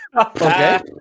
Okay